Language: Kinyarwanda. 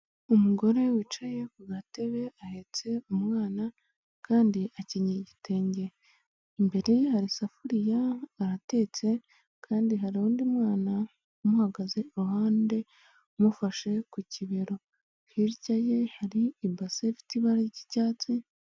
Umugore we wicaye ku gatebe ahetse umwana kandi akenyeye igitenge imbere hari isafuriya aratetse kandi hari undi mwana umuhagaze iruhande umufashe ku kibero hirya ye hari ibase ifite ibara ry'icyatsi.